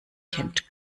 kennt